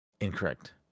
Incorrect